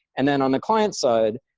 and then on the client side,